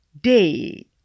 day